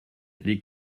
les